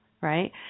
right